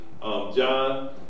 John